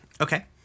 Okay